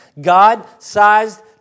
God-sized